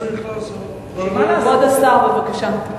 כבוד השר, בבקשה.